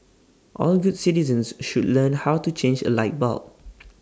all good citizens should learn how to change A light bulb